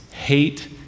hate